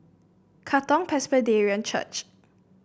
Katong Presbyterian Church